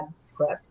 script